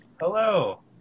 hello